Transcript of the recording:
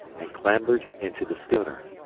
and clambered into the schooner.